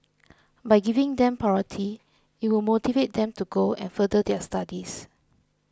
by giving them priority it will motivate them to go and further their studies